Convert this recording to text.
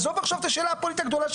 עזוב עכשיו את השאלה הפוליטית הגדולה,